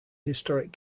historic